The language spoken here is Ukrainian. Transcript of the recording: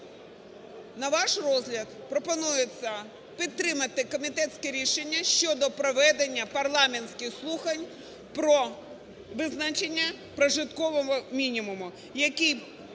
на ваш розгляд пропонується підтримати комітетське рішення щодо проведення парламентських слухань про визначення прожиткового мінімуму,